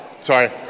sorry